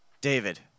David